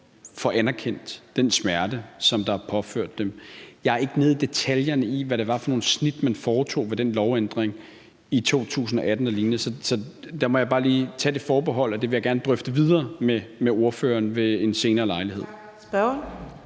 får anerkendt den smerte, som de er blevet påført. Jeg er ikke nede i detaljerne i, hvad det var for nogle snit, man foretog ved den lovændring i 2018. Så der må jeg bare lige tage det forbehold. Men jeg vil gerne drøfte det videre med ordføreren ved en senere lejlighed.